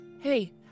hey